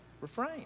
refrain